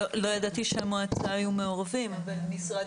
לא ידעתי שמהמועצה היו מעורבת אבל משרד